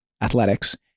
athletics